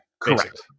Correct